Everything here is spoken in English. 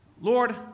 Lord